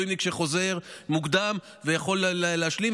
יש מילואימניק שחוזר מוקדם ויכול להשלים,